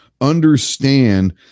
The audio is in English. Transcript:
Understand